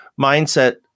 mindset